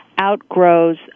outgrows